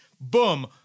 boom